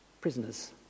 Prisoners